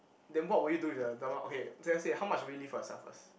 then what would you do with the the amount okay let's say how much will you leave for yourself first